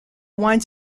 wines